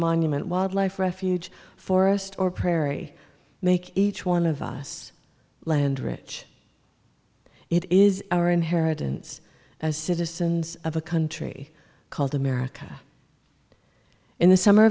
monument wildlife refuge forest or prairie make each one of us land rich it is our inheritance as citizens of a country called america in the summer